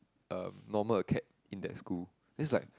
uh normal acad in that school this like